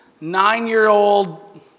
nine-year-old